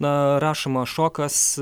na rašoma šokas